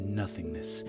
nothingness